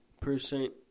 percent